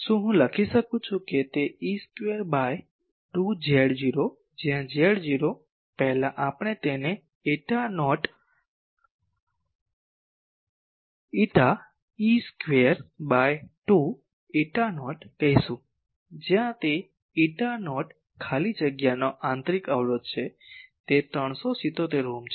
શું હું લખી શકું છું કે તે E સ્ક્વેર બાય 2 Z0 જ્યાં Z0 પહેલા આપણે તેને એટા નોટ કરટા E square by 2 eta naught કહીશું જ્યાં તે એટા નોટ ખાલી જગ્યાનો આંતરિક અવરોધ છે તે 377 ઓહ્મ છે